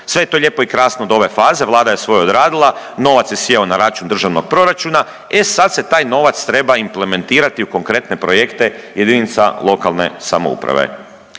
Sve je to lijepo i krasno do ove faze, vlada je svoje odradila, novac je sjeo na račun državnog proračuna, e sad se taj novac treba implementirati u konkretne projekte jedinica lokalne samouprave.